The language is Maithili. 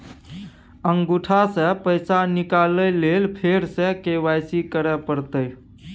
अंगूठा स पैसा निकाले लेल फेर स के.वाई.सी करै परतै?